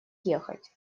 ехать